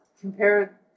compare